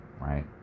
right